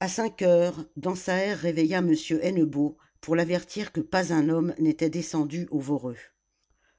a cinq heures dansaert réveilla m hennebeau pour l'avertir que pas un homme n'était descendu au voreux